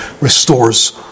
restores